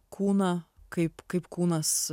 kūną kaip kaip kūnas